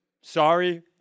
Sorry